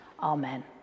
Amen